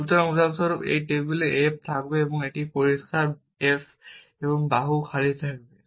সুতরাং উদাহরণস্বরূপ এটি টেবিলে f থাকবে এবং এটিতে পরিষ্কার f এবং বাহু খালি থাকবে